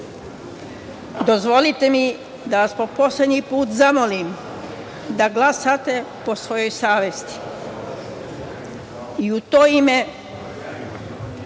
čeka. Dozvolite mi da vas po poslednji put zamolim da glasate po svojoj savesti i u to ime